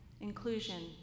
Inclusion